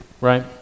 Right